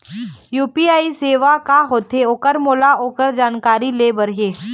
UPI सेवा का होथे ओकर मोला ओकर जानकारी ले बर हे?